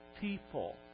people